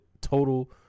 total